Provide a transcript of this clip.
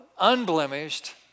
unblemished